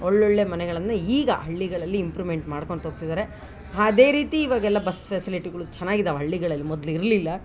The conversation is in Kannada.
ಒಳ್ಳೊಳ್ಳೆ ಮನೆಗಳನ್ನು ಈಗ ಹಳ್ಳಿಗಳಲ್ಲಿ ಇಂಪ್ರುಮೆಂಟ್ ಮಾಡ್ಕೊತ ಹೋಗ್ತಿದಾರೆ ಅದೇ ರೀತಿ ಇವಾಗೆಲ್ಲ ಬಸ್ ಫೆಸಿಲಿಟಿಗಳು ಚೆನ್ನಾಗ್ ಇದಾವೆ ಹಳ್ಳಿಗಳಲ್ಲಿ ಮೊದ್ಲು ಇರಲಿಲ್ಲ